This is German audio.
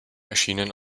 erschienen